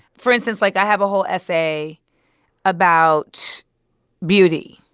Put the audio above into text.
for instance, like, i have a whole essay about beauty.